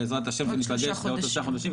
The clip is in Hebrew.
בעזרת-השם ניפגש עוד שלושה חודשים,